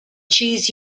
cheese